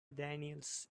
daniels